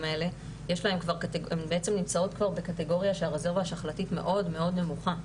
האלה נמצאות כבר בקטגוריה שהרזרבה השחלתית מאוד מאוד נמוכה.